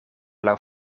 laŭ